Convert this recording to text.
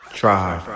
Try